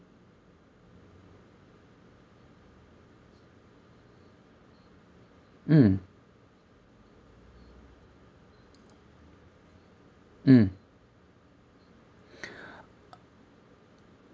mm mm